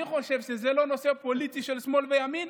אני חושב שזה לא נושא פוליטי של שמאל וימין,